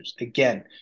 again